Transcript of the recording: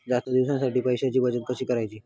जास्त दिवसांसाठी पैशांची बचत कशी करायची?